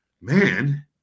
man